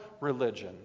religion